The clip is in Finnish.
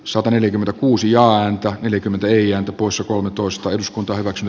sataneljäkymmentäkuusi ja antaa neljäkymmentäneljä poissa kolmetoista eduskunta hyväksyi